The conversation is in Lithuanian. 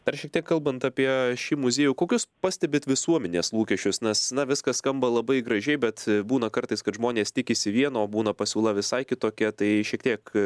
dar šiek tiek kalbant apie šį muziejų kokius pastebit visuomenės lūkesčius nes na viskas skamba labai gražiai bet būna kartais kad žmonės tikisi vieno o būna pasiūla visai kitokia tai šiek tiek